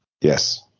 Yes